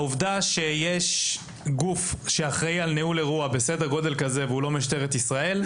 העובדה שיש גוף שאחראי על אירוע בסדר גודל כזה והוא לא משטרת ישראל,